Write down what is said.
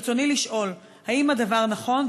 ברצוני לשאול: 1. האם הדבר נכון?